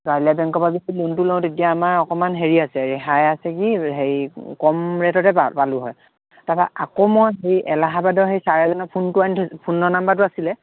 গাঁৱলীয়া বেংকৰ পৰা যদি লোনটো লওঁ তেতিয়া আমাৰ অকণমান হেৰি আছে ৰেহাই আছে কি হেই কম ৰে'টতে পাম পালোঁ হয় তাৰপৰা আকৌ মই এই এলাহবাদত হেই ছাৰ এজনৰ ফোনটো আনি থৈছোঁ ফোনৰ নম্বৰটো আছিলে